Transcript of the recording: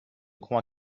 crois